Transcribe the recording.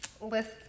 list